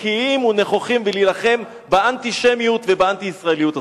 לקיים ויכוחים ולהילחם באנטישמיות ובאנטי-ישראליות הזאת.